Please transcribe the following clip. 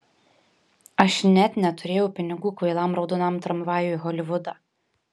aš net neturėjau pinigų kvailam raudonam tramvajui į holivudą